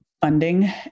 funding